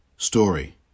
Story